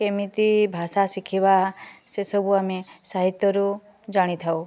କେମିତି ଭାଷା ଶିଖିବା ସେ ସବୁ ଆମେ ସାହିତ୍ୟରୁ ଜାଣିଥାଉ